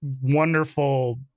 wonderful